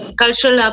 cultural